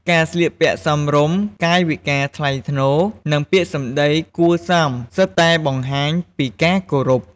ការស្លៀកពាក់សមរម្យ កាយវិការថ្លៃថ្នូរ និងពាក្យសម្ដីគួរសមសុទ្ធតែបង្ហាញពីការគោរព។